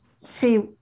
see